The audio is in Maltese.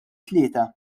tlieta